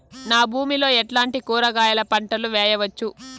నా భూమి లో ఎట్లాంటి కూరగాయల పంటలు వేయవచ్చు?